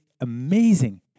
amazing